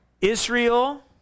Israel